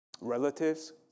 relatives